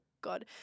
God